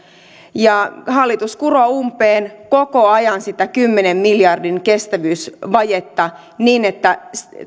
hallitus kuroo umpeen koko ajan sitä kymmenen miljardin kestävyysvajetta niin että